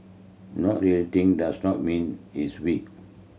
not retaliating does not mean he is weak